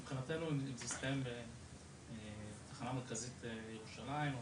מבחינתנו זה הסתיים בתחנה מרכזית ירושלים,